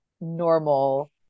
normal